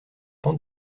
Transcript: pan